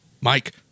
Mike